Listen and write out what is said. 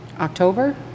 October